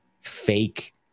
fake